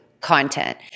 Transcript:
content